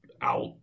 out